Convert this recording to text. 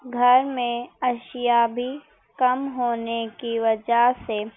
گھر میں اشیا بھی کم ہونے کی وجہ سے